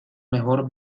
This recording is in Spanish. mejor